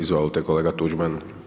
Izvolite kolega Tuđman.